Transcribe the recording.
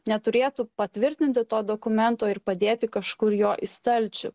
neturėtų patvirtinti to dokumento ir padėti kažkur jo į stalčių